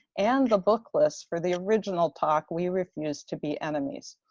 and the book lists for the original talk we refuse to be enemies.